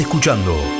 Escuchando